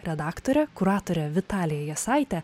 redaktore kuratore vitalija jasaite